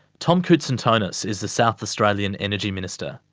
tom koutsantonis is the south australian energy minister.